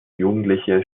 jugendliche